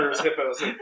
hippos